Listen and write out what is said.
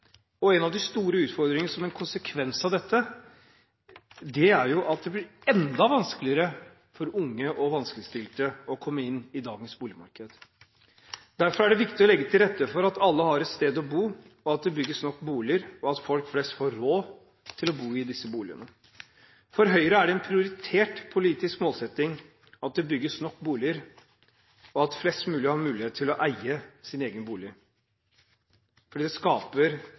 nok. En av de store utfordringene som en konsekvens av dette er at det blir enda vanskeligere for unge og vanskeligstilte å komme inn i dagens boligmarked. Derfor er det viktig å legge til rette for at alle har et sted å bo, at det bygges nok boliger, og at folk flest får råd til å bo i disse boligene. For Høyre er det en prioritert politisk målsetting at det bygges nok boliger, og at flest mulig har mulighet til å eie sin egen bolig. Det skaper